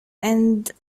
and